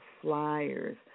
flyers